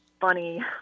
funny